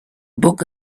book